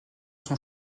son